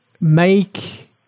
make